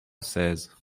seize